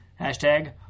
Hashtag